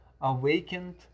awakened